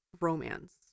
romance